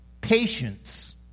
patience